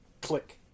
click